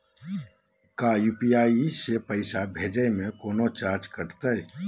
का यू.पी.आई से पैसा भेजे में कौनो चार्ज कटतई?